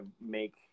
make